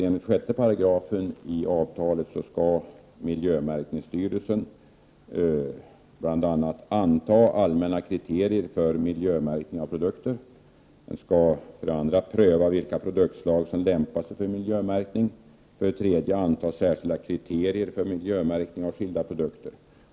Enligt 6 § i avtalet skall miljömärkningsstyrelsen för det första anta allmänna kriterier för miljömärkning av produkter. Den skall för det andra pröva vilka produktslag som lämpar sig för miljömärkning, och den skall för det tredje anta särskilda kriterier för miljömärkning av enskilda produkter.